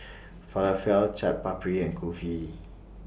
Falafel Chaat Papri and Kulfi